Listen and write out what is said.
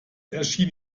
erschien